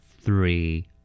Three